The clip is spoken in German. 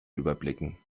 überblicken